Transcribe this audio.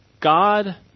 God